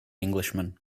englishman